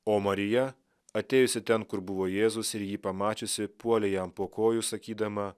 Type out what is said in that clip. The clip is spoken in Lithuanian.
o marija atėjusi ten kur buvo jėzus ir jį pamačiusi puolė jam po kojų sakydama